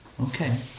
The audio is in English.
Okay